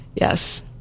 yes